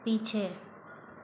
पीछे